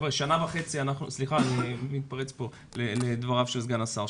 חבר'ה, סליחה, אני מתפרץ פה לדבריו של סגן השר.